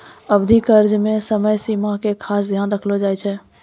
अवधि कर्ज मे समय सीमा के खास ध्यान रखलो जाय छै